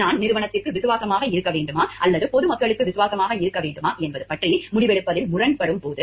நான் நிறுவனத்திற்கு விசுவாசமாக இருக்க வேண்டுமா அல்லது பொது மக்களுக்கு விசுவாசமாக இருக்க வேண்டுமா என்பது பற்றி முடிவெடுப்பதில் முரண்படும் போது